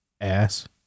Ass